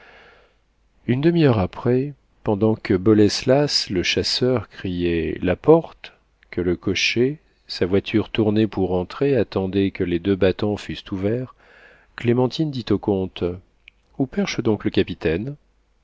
une demi-heure après pendant que boleslas le chasseur criait la porte que le cocher sa voiture tournée pour entrer attendait que les deux battants fussent ouverts clémentine dit au comte où perche donc le capitaine